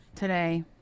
today